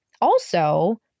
also-